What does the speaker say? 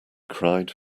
cried